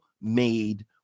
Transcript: made